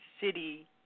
city